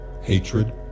hatred